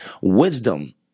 Wisdom